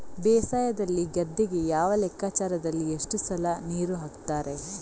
ಬೇಸಾಯದಲ್ಲಿ ಗದ್ದೆಗೆ ಯಾವ ಲೆಕ್ಕಾಚಾರದಲ್ಲಿ ಎಷ್ಟು ಸಲ ನೀರು ಹಾಕ್ತರೆ?